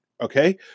Okay